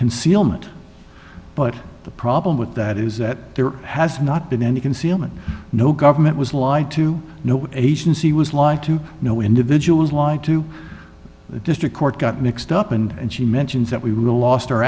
concealment but the problem with that is that there has not been any concealment no government was lied to no agency was like to know individuals like to the district court got mixed up and she mentions that we really lost